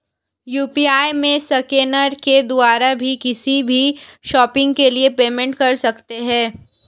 UPI में scanner के द्वारा भी किसी भी शॉपिंग के लिए पेमेंट कर सकते है